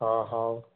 ହଁ ହଉ